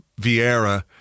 Vieira